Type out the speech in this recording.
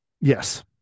Yes